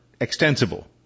extensible